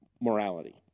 morality